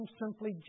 simply